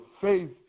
faith